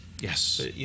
Yes